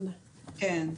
כן.